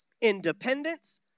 independence